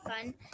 fun